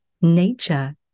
nature